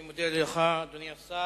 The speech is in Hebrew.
אני מודה לך, אדוני השר.